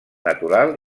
natural